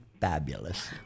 fabulous